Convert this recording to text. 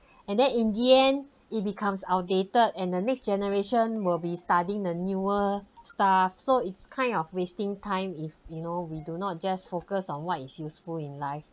and then in the end it becomes outdated and the next generation will be studying the newer stuff so it's kind of wasting time if you know we do not just focus on what is useful in life